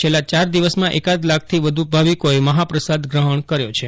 છેલ્લા ચાર દિવસમાં એકાદ લાખથી વધુ ભાવિકોએ મહાપ્રસાદનો ગ્રહણ કર્યો છે